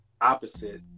opposite